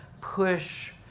push